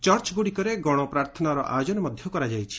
ଚର୍ଚ୍ଚଗୁଡ଼ିକରେ ଗଣପ୍ରାର୍ଥନାର ଆୟୋଜନ କରାଯାଇଛି